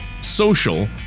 social